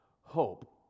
hope